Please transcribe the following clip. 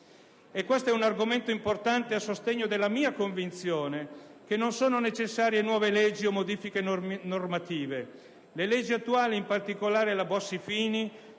Questo è un argomento importante a sostegno della mia convinzione che non sono necessarie nuove leggi o modifiche normative: le leggi attuali, in particolare la Bossi-Fini,